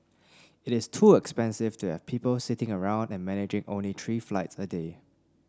it is too expensive to have people sitting around and managing only three flights a day